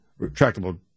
retractable